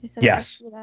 Yes